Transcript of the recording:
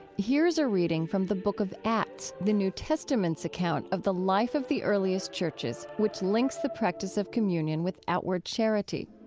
here is a reading from the book of acts, the new testament's account of the life of the earliest churches, which links the practice of communion with outward charity